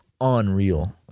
unreal